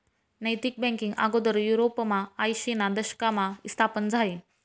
नैतिक बँकींग आगोदर युरोपमा आयशीना दशकमा स्थापन झायं